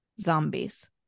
zombies